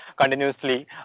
continuously